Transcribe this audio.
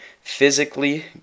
physically